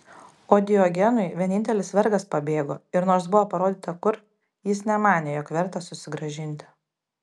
o diogenui vienintelis vergas pabėgo ir nors buvo parodyta kur jis nemanė jog verta susigrąžinti